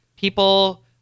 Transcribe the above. people